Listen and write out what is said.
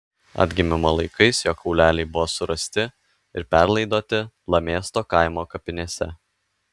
atgimimo laikais jo kauleliai buvo surasti ir perlaidoti lamėsto kaimo kapinėse